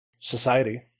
society